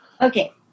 Okay